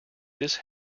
this